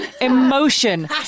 emotion